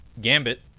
Gambit